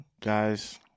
guys